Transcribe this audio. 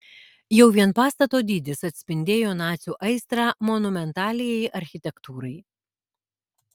jau vien pastato dydis atspindėjo nacių aistrą monumentaliajai architektūrai